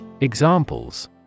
Examples